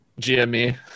GME